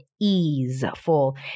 easeful